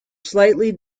slightly